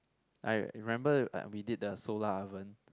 I remember uh we did the solar oven